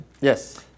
Yes